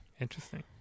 Interesting